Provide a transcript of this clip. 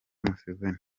museveni